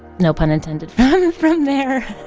no pun intended from there